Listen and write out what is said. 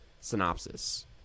synopsis